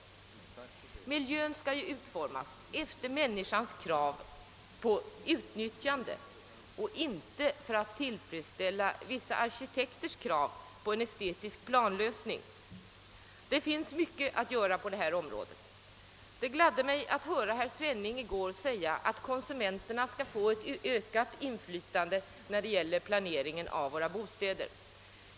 Miljön skall utformas efter människans krav och inte för att tillfredsställa vissa arkitekters krav på en estetisk planlösning. Det finns mycket att göra på detta område. Det gladde mig att höra herr Svenning i går säga, att konsumenterna skall få ett ökat inflytande vid planering av våra bostäder.